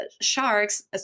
sharks